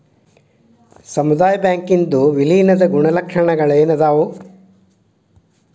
ಸಮುದಾಯ ಬ್ಯಾಂಕಿಂದ್ ವಿಲೇನದ್ ಗುಣಲಕ್ಷಣಗಳೇನದಾವು?